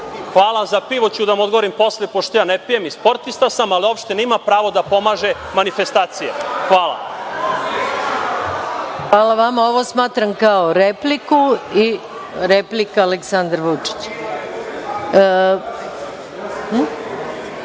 Hvala. Za pivo ću da vam odgovorim posle, pošto ja ne pijem i sportista sam, ali opština ima pravo da pomaže manifestacije. Hvala. **Maja Gojković** Hvala vama. Ovo smatram kao repliku i replika Aleksandar Vučić.